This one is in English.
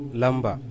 lamba